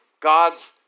God's